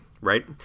right